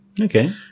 Okay